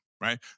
right